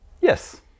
Yes